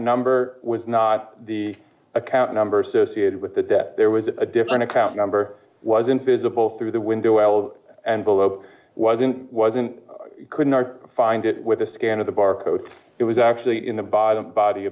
number was not the account number associated with that that there was a different account number wasn't visible through the window l and below wasn't wasn't couldn't find it with a scan of the barcode it was actually in the bottom body